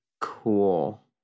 Cool